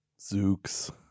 Zooks